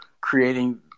creating